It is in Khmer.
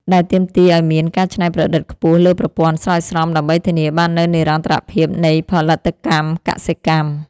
ដែលទាមទារឱ្យមានការច្នៃប្រឌិតខ្ពស់លើប្រព័ន្ធស្រោចស្រពដើម្បីធានាបាននូវនិរន្តរភាពនៃផលិតកម្មកសិកម្ម។